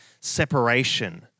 separation